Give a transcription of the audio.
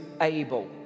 able